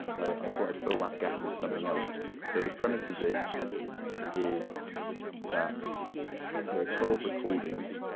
i thought i'd fill that gap with something else. so the premise of this is that there are twelve recordings,